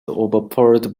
overpowered